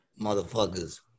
motherfuckers